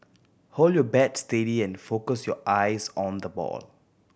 hold your bat steady and focus your eyes on the ball